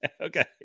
Okay